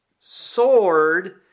sword